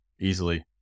easily